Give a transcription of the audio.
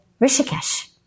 Rishikesh